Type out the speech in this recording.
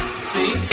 See